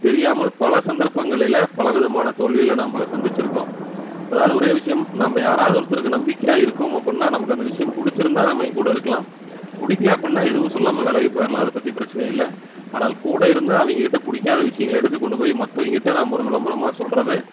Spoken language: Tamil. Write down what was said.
தெரியாமல் பல சந்தர்ப்பங்களில் பல விதமான தோல்விகளை நம்ம சந்திச்சுக்கோம் அதாவது ஒரே விஷயம் நம்ம யாராவது ஒருத்தருக்கு நம்பிக்கையாக இருக்கோம் அப்படினா நமக்கு அந்த விஷயம் பிடிச்சுருந்தா நம்ம அவங்க கூட இருக்கலாம் பிடிக்கல அப்படினா எதுவும் சொல்லாமல் விலகி போயிடலாம் அதை பற்றி எந்த பிரச்சினை இல்லை ஆனால் கூட இருந்து அவங்ககிட்ட பிடிக்காத விஷயங்கள எடுத்து கொண்டு போய் மற்றவங்ககிட்ட நாம்ம ஒரு விளம்பரமாக சொல்கிறது